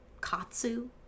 Katsu